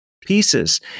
pieces